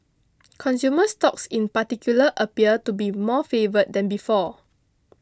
consumer stocks in particular appear to be more favoured than before